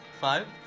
Five